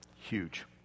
huge